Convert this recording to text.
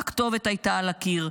'הכתובת הייתה על הקיר',